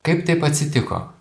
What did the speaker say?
kaip taip atsitiko